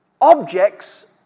objects